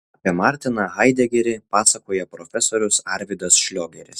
apie martiną haidegerį pasakoja profesorius arvydas šliogeris